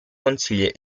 consigli